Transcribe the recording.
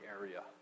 area